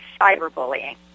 cyberbullying